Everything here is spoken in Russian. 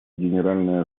генеральная